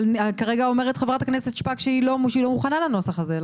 אבל כרגע אומרת חברת הכנסת שפק שהיא לא מוכנה לנוסח הזה,